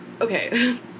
okay